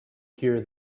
here